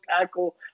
tackle